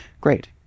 great